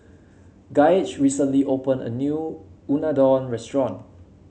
Gaige recently opened a new Unadon Restaurant